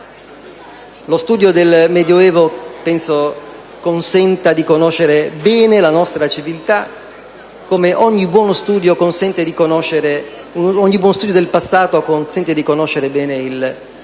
lo studio del Medioevo consenta di conoscere bene la nostra civiltà, come ogni buono studio del passato permette di conoscere bene il presente